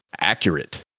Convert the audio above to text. accurate